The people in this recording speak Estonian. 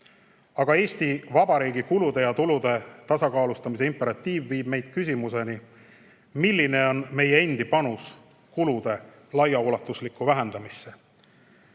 Aga Eesti Vabariigi kulude ja tulude tasakaalustamise imperatiiv viib meid küsimuseni, milline on meie endi panus kulude laiaulatuslikku vähendamisse.